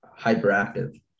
hyperactive